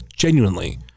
Genuinely